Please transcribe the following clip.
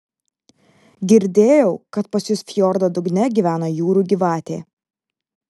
girdėjau kad pas jus fjordo dugne gyvena jūrų gyvatė